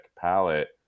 palette